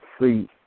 see